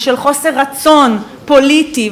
ושל חוסר רצון פוליטי,